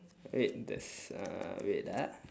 wait that's uh wait ah